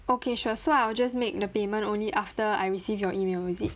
okay sure so I'll just make the payment only after I receive your email is it